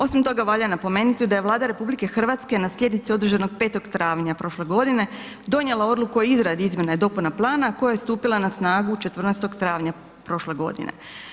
Osim toga valja napomenuti da je Vlada RH na sjednici održanoj 5. travnja prošle godine donijela odluku o izradi izmjene dopune plana koja je stupila na snagu 14. travnja prošle godine.